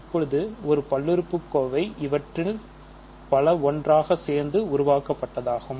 இப்போது ஒரு பல்லுறுப்புக்கோவை இவற்றில் பல ஒன்றாகசேர்ந்து உருவாக்கப்பட்டதாகும்